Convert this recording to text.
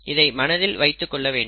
இதை மனதில் வைத்துக் கொள்ள வேண்டும்